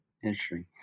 Interesting